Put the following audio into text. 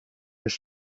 was